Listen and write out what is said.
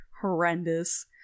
horrendous